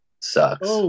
sucks